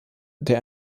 der